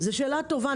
זו שאלה טובה.